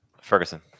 Ferguson